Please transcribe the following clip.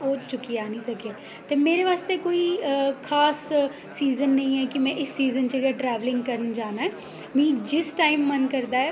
ओह् चुक्कियै आह्न्नी सकै ते मेरे आस्तै कोई खास सीज़न निं ऐ कि में इस सीज़न च गै ट्रैवल करन जाना ऐ मीं जिस टाईम मन करदा ऐ